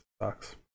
Sucks